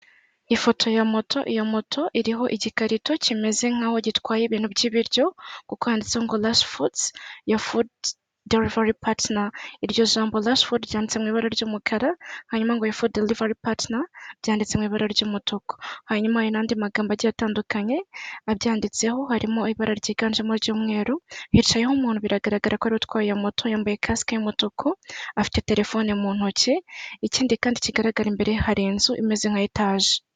Gukoresha uburyo bwo hutimiza ibyo waguze bigira akamaro kanini cyane: harimo gukwirakwiza ibicuruzwa mu bice byose, harimo kongera ikoranabuhanga. Kuko gutumiza ibyo waguze, bifasha n'ikoranabuhanga nk'uburyo bwa telefoni cyangwa porogame, bigafasha abakiriya kumenya ibyo bakeneye nta mbogamizi. Kandi bishobora gushyigikira ubucuruzi bw'abakora ibintu bigiye bitandukanye, nk'uruge ro vuba. Waba ushaka amakuru arambuye ku kigo runaka cy'izi serivisi cyangwa uko bigenda? Hano turimo turabona uburyo ushobora kugura imyenda y'abagore, cyangwa se imyenda y'abana, ukoresheje ikoranabuhanga.